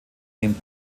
den